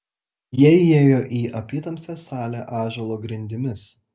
jie įėjo į apytamsę salę ąžuolo grindimis